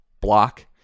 block